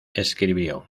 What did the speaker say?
escribió